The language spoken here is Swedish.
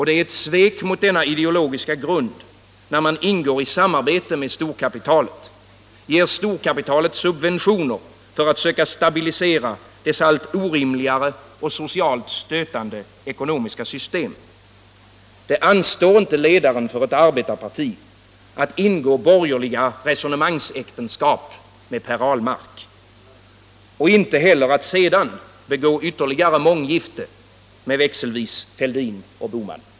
Det är ett svek mot denna ideologiska grund när man ingår i samarbete med storkapitalet, ger storkapitalet subventioner för att söka stabilisera dess allt orimligare och socialt stötande ekonomiska system. Det anstår inte Allmänpolitisk debatt debatt ledaren för ett arbetarparti att ingå borgerliga resonemangsäktenskap med Per Ahlmark. Inte heller att sedan begå ytterligare månggifte med växelvis Fälldin och Bohman.